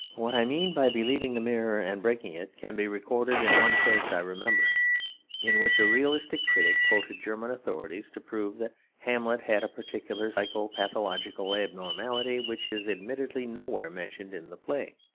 what i mean by believing the mirror, and breaking it, can be recorded in one case i remember in which a realistic critic quoted german authorities to prove that hamlet had a particular psycho-pathological abnormality, which is admittedly nowhere mentioned in the play.